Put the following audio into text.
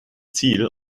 ziel